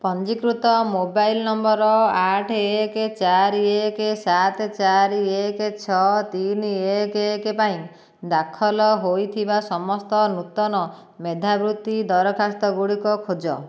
ପଞ୍ଜୀକୃତ mobile number ଆଠ ଏକ ଚାରି ଏକ ସାତ ଚାରି ଏକ ଛଅ ତିନି ଏକ ଏକ ପାଇଁ ଦାଖଲ ହୋଇଥିବା ସମସ୍ତ ନୂତନ ମେଧାବୃତ୍ତି ଦରଖାସ୍ତଗୁଡ଼ିକ ଖୋଜ